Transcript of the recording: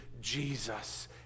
Jesus